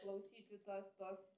klausyti tas tas